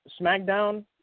SmackDown